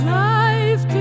life